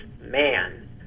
man